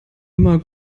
immer